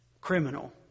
criminal